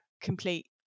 complete